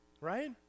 Right